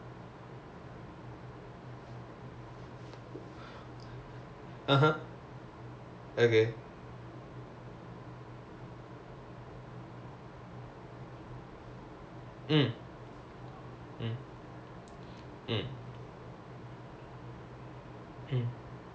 I got chosen by the lecturer to come to come in front then I have to sit on a chair that then the lecturer will give me a a one word so exam~ one phrase example like I don't then he will whisper the emotion in my ear